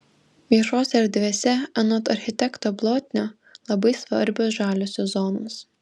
viešose erdvėse anot architekto blotnio labai svarbios žaliosios zonos